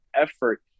effort